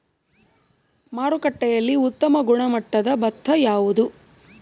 ಮಾರುಕಟ್ಟೆಯಲ್ಲಿ ಉತ್ತಮ ಗುಣಮಟ್ಟದ ಭತ್ತ ಯಾವುದು?